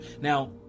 Now